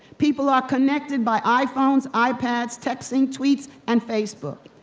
people are connected by iphones, ipads, texting, tweets, and facebook,